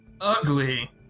ugly